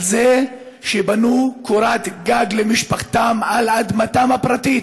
על זה שבנו קורת גג למשפחתם על אדמתם הפרטית.